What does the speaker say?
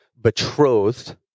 betrothed